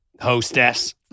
Hostess